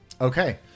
Okay